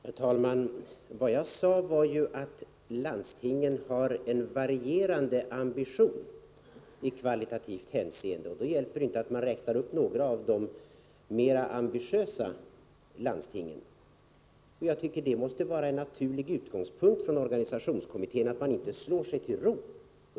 Herr talman! Vad jag sade var att landstingen har en varierande ambition i kvalitativt hänseende. Då hjälper det inte att man räknar upp några av de mera ambitiösa landstingen. Jag tycker att det måste vara en naturlig utgångspunkt för en organisationskommitté att inte slå sig till ro.